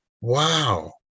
Wow